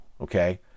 okay